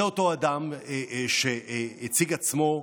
זה אותו אדם שהציג עצמו,